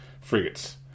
frigates